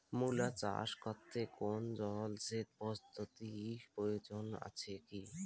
মূলা চাষ করতে কোনো জলসেচ পদ্ধতির প্রয়োজন আছে কী?